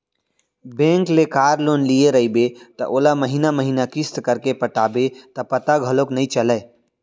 bank ले car loan लिये रइबे त ओला महिना महिना किस्त करके पटाबे त पता घलौक नइ चलय